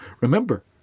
Remember